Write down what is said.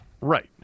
Right